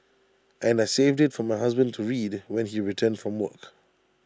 and I saved IT for my husband to read when he returned from work